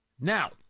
Now